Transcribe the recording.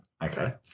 Okay